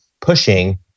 pushing